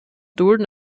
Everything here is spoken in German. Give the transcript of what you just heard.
dulden